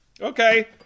Okay